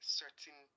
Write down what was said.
certain